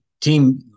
team